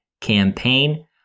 campaign